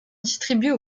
distribuer